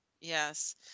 Yes